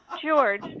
George